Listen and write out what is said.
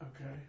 Okay